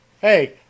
hey